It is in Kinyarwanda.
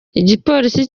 igipolisi